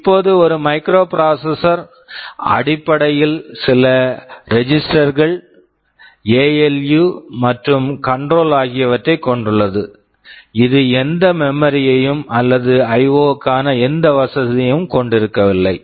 இப்போது ஒரு மைக்ரோபிராசஸர்microprocessor அடிப்படையில் சில ரெஜிஸ்டர்ஸ் registers கள் எஎல்யு ALU மற்றும் கண்ட்ரோல் control ஆகியவற்றைக் கொண்டுள்ளது இது எந்த மெமரி memory யையும் அல்லது ஐஒ IO க்கான எந்த வசதியையும் கொண்டிருக்கவில்லை